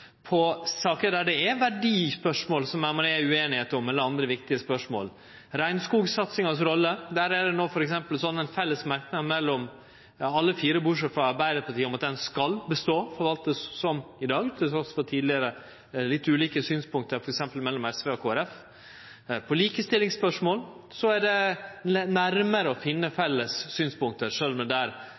saker der det er ueinigheit om verdispørsmål – eller andre viktige spørsmål. Når det gjeld rolla til regnskogsatsinga, er det no f.eks. felles merknad frå fire – alle bortsett frå Arbeidarpartiet – om at ho skal bestå og forvaltast som i dag, trass i litt ulike synspunkt tidlegare, f.eks. mellom SV og Kristeleg Folkeparti. I likestillingsspørsmål er ein nærmare å finne felles synspunkt, sjølv om det